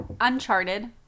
Uncharted